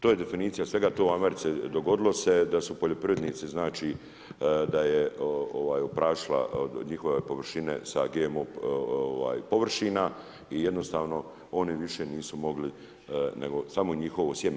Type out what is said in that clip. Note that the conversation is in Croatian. To je definicija svega, to u Americi dogodilo se, da su poljoprivrednici, znači da je oprašila njihove površine sa GMO površina i jednostavno oni više nisu mogli, nego samo njihovo sjeme.